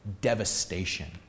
devastation